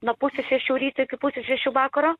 nuo pusės šešių ryto iki pusės šešių vakaro